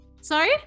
Sorry